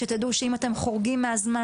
ותדעו שאם אתם חורגים מהזמן,